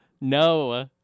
No